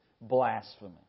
blasphemy